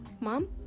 Mom